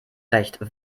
recht